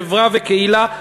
חברה וקהילה,